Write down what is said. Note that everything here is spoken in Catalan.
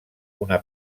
una